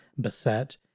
beset